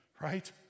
right